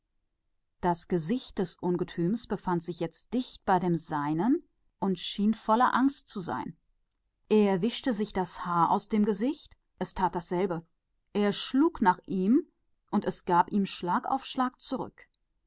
das gesicht des scheusals war nun dicht neben seinem und es schien voll angst zu sein er strich sich das haar aus den augen es ahmte ihn nach er schlug nach ihm aus und es gab schlag für schlag zurück